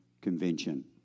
convention